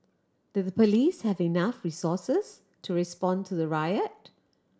did the police have enough resources to respond to the riot